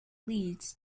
leads